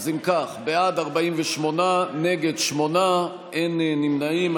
אז אם כך, בעד, 48, נגד, שמונה, אין נמנעים.